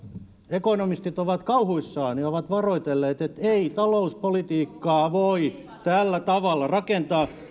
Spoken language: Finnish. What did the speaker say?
ekonomistit ovat kauhuissaan ja ovat varoitelleet että ei talouspolitiikkaa voi tällä tavalla rakentaa